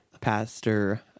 Pastor